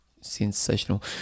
Sensational